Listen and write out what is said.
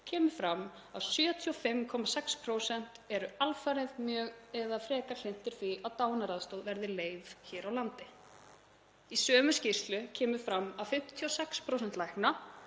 kemur fram að 75,6% svarenda eru alfarið, mjög eða frekar hlynntir því að dánaraðstoð verði leyfð hér á landi. Í sömu skýrslu kemur fram að 56% lækna,